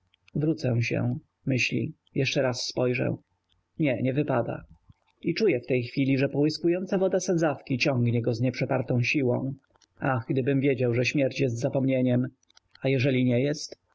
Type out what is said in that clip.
wrócę się myśli jeszcze raz spojrzę nie nie wypada i czuje w tej chwili że połyskująca woda sadzawki ciągnie go z nieprzepartą siłą ach gdybym wiedział że śmierć jest zapomnieniem a jeżeli nie jest